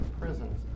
prisons